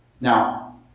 Now